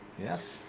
Yes